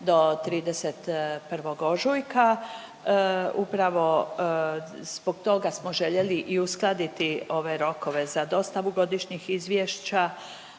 do 31. ožujka. Upravo zbog toga smo željeli i uskladiti ove rokove za dostavu godišnjih izvješća